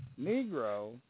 Negro